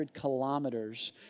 kilometers